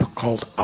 called